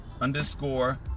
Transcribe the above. underscore